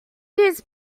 use